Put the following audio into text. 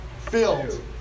Filled